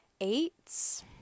eights